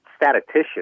statistician